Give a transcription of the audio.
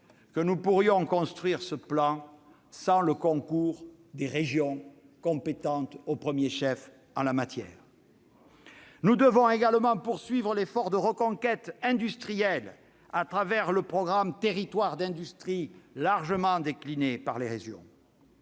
que nous pourrions construire ce plan sans le concours des régions, compétentes au premier chef en la matière ? Bravo ! Très bien ! Nous devons également poursuivre l'effort de reconquête industrielle, au travers du programme « Territoires d'industrie », largement décliné par les régions.